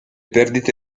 perdite